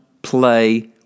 play